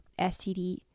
STD